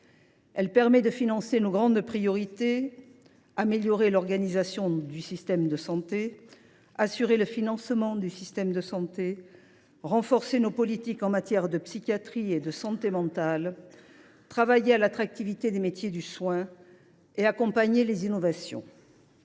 Elle permet de financer nos grandes priorités : améliorer l’organisation du système de santé, assurer le financement du système de santé, renforcer nos politiques en matière de psychiatrie et de santé mentale, travailler à l’attractivité des métiers du soin et accompagner les innovations.